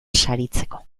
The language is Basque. saritzeko